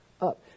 up